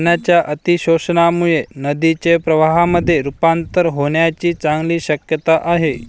पाण्याच्या अतिशोषणामुळे नदीचे प्रवाहामध्ये रुपांतर होण्याची चांगली शक्यता आहे